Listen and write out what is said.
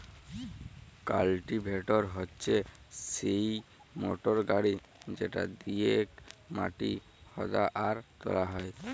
cultivator হচ্যে সিই motor গাড়ি যেটা দিয়েক মাটি হুদা আর তোলা হয়